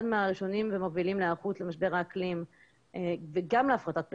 אחד מהראשונים ומובילים להיערכות למשבר האקלים וגם להפחתת פליטות.